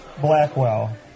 Blackwell